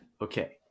Okay